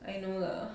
I know lah